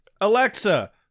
Alexa